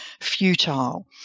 futile